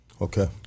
Okay